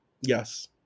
yes